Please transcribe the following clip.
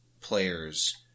players